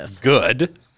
Good